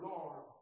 Lord